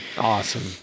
Awesome